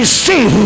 see